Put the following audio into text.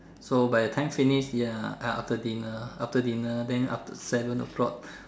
so by the time finish ya after dinner after dinner then up to seven o-clock